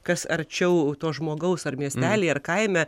kas arčiau to žmogaus ar miestely ar kaime